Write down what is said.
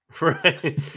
right